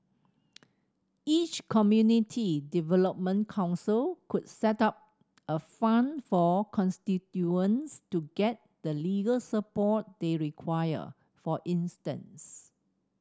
each community development council could set up a fund for constituents to get the legal support they require for instance